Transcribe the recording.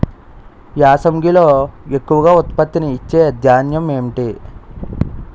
యాసంగిలో ఎక్కువ ఉత్పత్తిని ఇచే ధాన్యం ఏంటి?